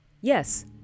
yes